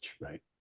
right